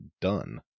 done